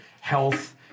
health